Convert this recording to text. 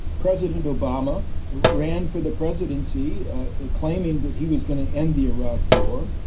president obama ran for the presidency claiming that he was going to end the iraq war.